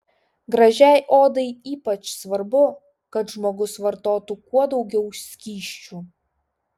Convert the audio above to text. gražiai odai ypač svarbu kad žmogus vartotų kuo daugiau skysčių